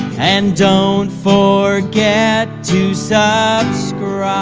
and don't forget to subscribe